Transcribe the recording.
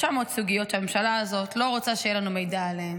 900 סוגיות שהממשלה הזאת לא רוצה שיהיה לנו מידע עליהן.